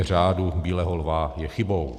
Řádu bílého lva je chybou.